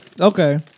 Okay